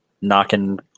knocking